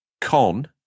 Con